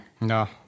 No